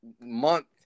month